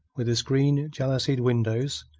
with its green-jalousied windows,